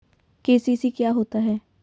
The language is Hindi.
के.सी.सी क्या होता है?